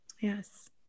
yes